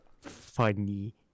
funny